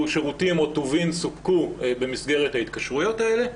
שירותים או טובין סופקו במסגרת ההתקשרויות האלה,